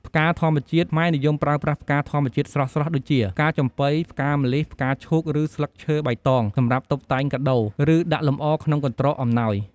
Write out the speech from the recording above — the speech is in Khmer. ផ្កាធម្មជាតិ ខ្មែរនិយមប្រើប្រាស់ផ្កាធម្មជាតិស្រស់ៗ ដូចជា ផ្កាចំប៉ី ផ្កាម្លិះ ផ្កាឈូក ឬ ស្លឹកឈើបៃតង សម្រាប់តុបតែងកាដូរ ឬដាក់លម្អក្នុងកន្ត្រកអំណោយ។